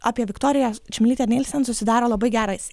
apie viktoriją čmilytę nilsen susidaro labai geras